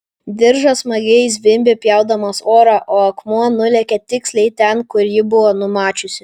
diržas smagiai zvimbė pjaudamas orą o akmuo nulėkė tiksliai ten kur ji buvo numačiusi